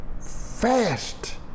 fast